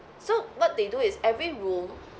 so what they do is every room